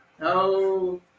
No